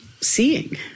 seeing